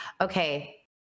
Okay